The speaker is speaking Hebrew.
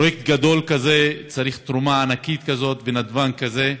פרויקט גדול כזה צריך תרומה ענקית כזאת ונדבן כזה,